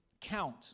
count